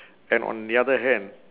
and on the other hand